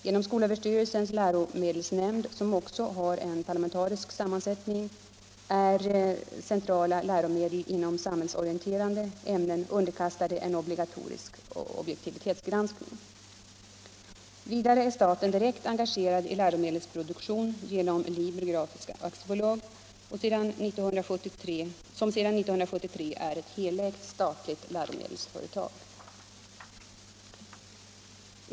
Genom skolöverstyrelsens läromedelsnämnd, som också har en parlamentarisk sammansättning, är centrala läromedel inom samhällsorienterande ämnen underkastade en obligatorisk objektivitetsgranskning. Vidare är staten direkt engagerad i läromedelsproduktionen genom Liber Grafiska AB, som sedan 1973 är ett helägt statligt läromedelsföretag.